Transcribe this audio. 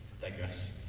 digress